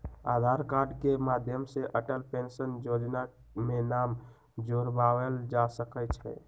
आधार card के माध्यम से अटल पेंशन जोजना में नाम जोरबायल जा सकइ छै